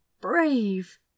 brave